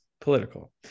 political